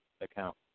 account